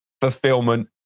fulfillment